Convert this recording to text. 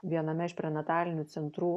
viename iš prenatalinių centrų